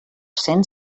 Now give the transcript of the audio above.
cent